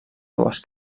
dues